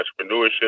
entrepreneurship